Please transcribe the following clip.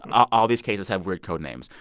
all these cases have weird code names.